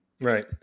Right